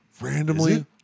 randomly